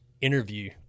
interview